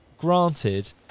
Granted